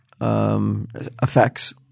Effects